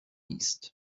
east